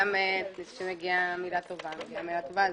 כאשר מגיעה מילה טובה, אומרים מילה טובה.